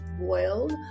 boiled